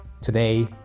today